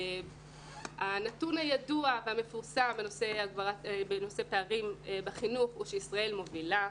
הנתון הידוע והמפורסם בנושא פערים בחינוך הוא שישראל מובילה,